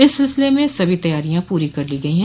इस सिलसिले में सभी तैयारियां पूरी कर ली गई है